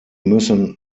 müssen